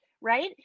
right